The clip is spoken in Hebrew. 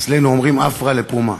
אצלנו אומרים: עפרא לפומיה,